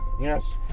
Yes